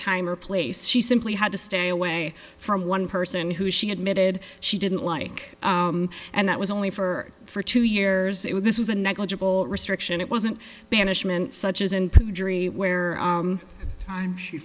time or place she simply had to stay away from one person who she admitted she didn't like and that was only for for two years it would this was a negligible restriction it wasn't banishment such as in the jury where time